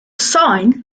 sign